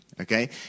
okay